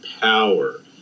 power